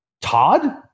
Todd